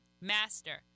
Master